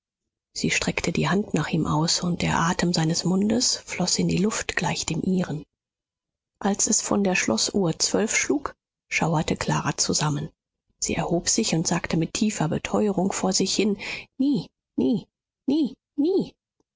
sie streckte die hand nach ihm aus und der atem seines mundes floß in die luft gleich dem ihren als es von der schloßuhr zwölf schlug schauerte clara zusammen sie erhob sich und sagte mit tiefer beteuerung vor sich hin nie nie nie nie